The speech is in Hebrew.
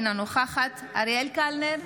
אינה נוכחת אריאל קלנר,